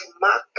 Mark